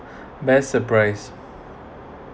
best surprise